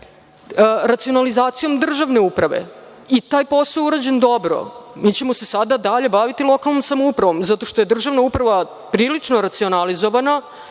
racionalizacijom državne uprave. Taj posao je urađen dobro. Dalje ćemo se baviti lokalnom samoupravom zato što je državna uprava prilično racionalizovana.